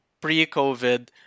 pre-COVID